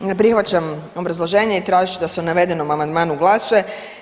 Ne prihvaćam obrazloženje i tražit ću da se o navedenom amandmanu glasuje.